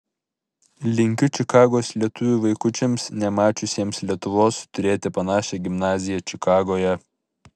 linkiu čikagos lietuvių vaikučiams nemačiusiems lietuvos turėti panašią gimnaziją čikagoje